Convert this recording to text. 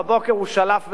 בבוקר הוא שלף וירה,